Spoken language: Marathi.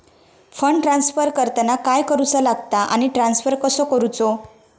फंड ट्रान्स्फर करताना काय करुचा लगता आनी ट्रान्स्फर कसो करूचो?